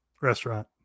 Restaurant